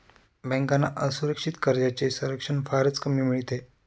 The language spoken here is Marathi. बँकांना असुरक्षित कर्जांचे संरक्षण फारच कमी मिळते